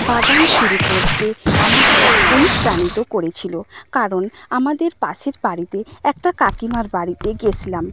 বাগান শুরু করতে আমাকে অনুপ্রাণিত করেছিল কারণ আমাদের পাশের বাড়িতে একটা কাকিমার বাড়িতে গিয়েছিলাম